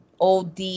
OD